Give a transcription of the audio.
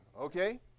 Okay